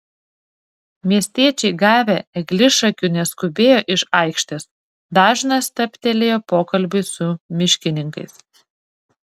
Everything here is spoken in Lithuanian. miestiečiai gavę eglišakių neskubėjo iš aikštės dažnas stabtelėjo pokalbiui su miškininkais